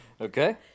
Okay